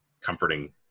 comforting